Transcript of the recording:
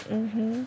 mmhmm